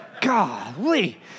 Golly